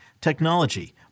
technology